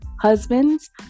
Husbands